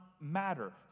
matter